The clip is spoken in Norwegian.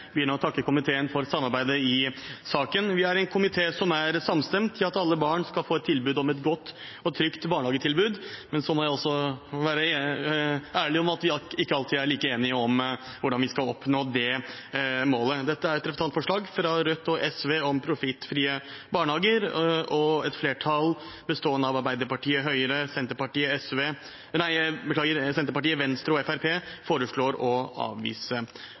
vil jeg begynne med å takke komiteen for samarbeidet i saken. Vi er en komité som er samstemt i at alle barn skal få et godt og trygt barnehagetilbud, men jeg må også være ærlig om at vi ikke alltid er like enige om hvordan vi skal oppnå det målet. Dette er et representantforslag fra Rødt og SV om profittfrie barnehager, og et flertall bestående av Arbeiderpartiet, Høyre, Senterpartiet, Venstre og Fremskrittspartiet foreslår å avvise